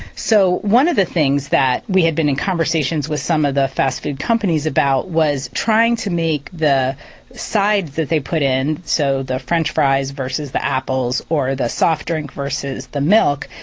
so one of the things that we had been in conversations with some of the fast food companies about was trying to make the side that they put in so the french fries versus the apples, or the soft drink versus the milk,